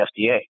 FDA